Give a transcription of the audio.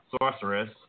Sorceress